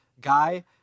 Guy